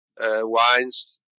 wines